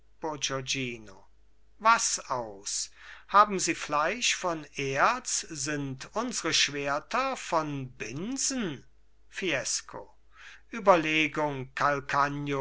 was aus haben sie fleisch von erz sind unsre schwerter von binsen fiesco überlegung